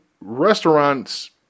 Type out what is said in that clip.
restaurant's